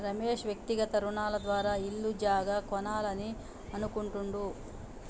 రమేష్ వ్యక్తిగత రుణాల ద్వారా ఇల్లు జాగా కొనాలని అనుకుంటుండు